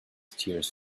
tears